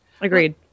Agreed